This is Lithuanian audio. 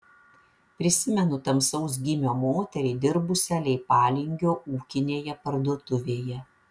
prisimenu tamsaus gymio moterį dirbusią leipalingio ūkinėje parduotuvėje